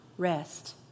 Rest